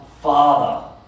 Father